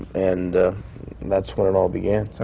and that's when it all began. so